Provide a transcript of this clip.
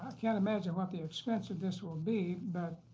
can't imagine what the expense of this will be. but